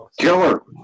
Killer